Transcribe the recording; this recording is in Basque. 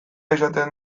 izaten